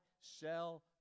sell